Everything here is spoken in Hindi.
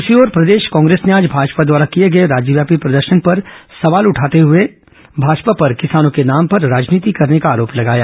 द्सरी ओर प्रदेश कांग्रेस ने आज भाजपा द्वारा किए गए राज्यव्यापी प्रदर्शन पर सवाल उठाते हुए भाजपा पर किसानों के नाम पर राजनीति करने का आरोप लगाया